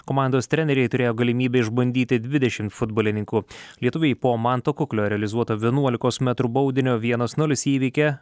komandos treneriai turėjo galimybę išbandyti dvidešim futbolininkų lietuviai po manto kuklio realizuoto vienuolikos metrų baudinio vienas nulis įveikė